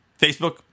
Facebook